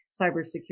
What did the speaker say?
cybersecurity